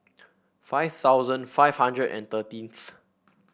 five thousand five hundred and thirteenth